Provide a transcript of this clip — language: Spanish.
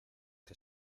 que